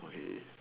okay